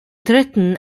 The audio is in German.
dritten